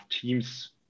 teams